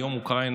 היום אוקראינה,